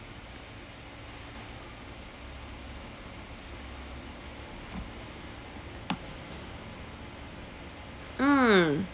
mm